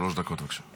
שלוש דקות, בבקשה.